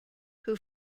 who